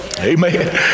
Amen